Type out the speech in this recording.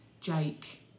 Jake